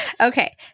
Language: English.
Okay